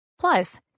Plus